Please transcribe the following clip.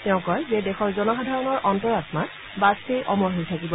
তেওঁ কয় যে দেশৰ জনসাধাৰণৰ অন্তৰ আমাত বাজপেয়ী অমৰ হৈ থাকিব